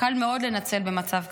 קל מאוד לנצל במצב כזה,